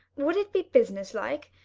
would it be business-like?